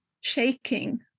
shaking